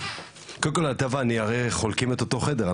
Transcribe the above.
קודם כל אתה ואני הרי חולקים את אותו חדר,